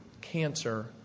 cancer